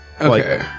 Okay